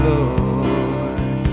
Lord